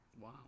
Wow